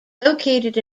located